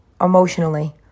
Emotionally